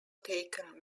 taken